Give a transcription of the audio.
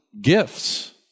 gifts